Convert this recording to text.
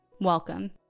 Welcome